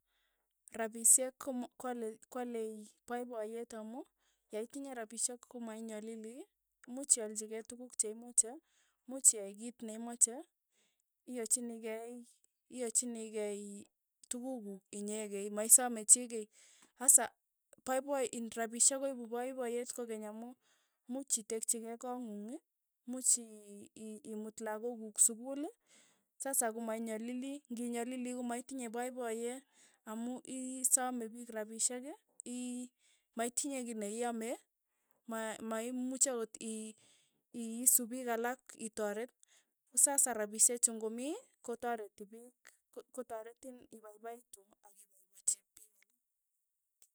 Rapisyek koma kwale kwalei poipoyet amu yaitinye rapishek komainyalili muuch ialchikei tukuk che imache. much iai kiit neimache, iachinikei iachinikei tukuk kuk inyekei, maisame chii kei, sasa paipa in rapishek koipi papayet kokeny amu much itekchi kei koong'ung. much ii- iimut lakok kuk sukul, sasa komainyalili, ng'inyalili komaitinye paipayee, amu isome piik rapishek ii maitinye kiy neiaame, ma maimuchi akot i- i- iisu piik alak itoret, ko sasa rapiche chu ng'omii kotareti piik ko- kotaretin ipaipaitu ak ipaipachi piik alak,